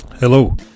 Hello